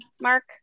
Mark